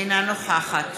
אינה נוכחת